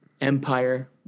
empire